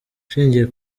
ashingiye